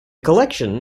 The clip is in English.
collection